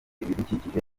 ibidukikije